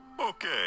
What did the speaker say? Okay